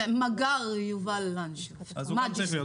לא.